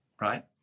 right